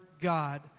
God